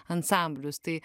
ansamblius tai